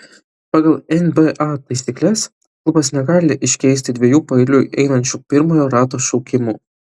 pagal nba taisykles klubas negali iškeisti dviejų paeiliui einančių pirmojo rato šaukimų